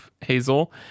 Hazel